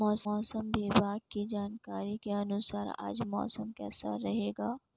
मौसम विभाग की जानकारी के अनुसार आज मौसम कैसा रहेगा?